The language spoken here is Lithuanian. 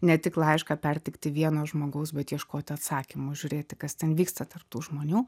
ne tik laišką perteikti vieno žmogaus bet ieškoti atsakymų žiūrėti kas ten vyksta tarp tų žmonių